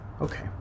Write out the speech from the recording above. Okay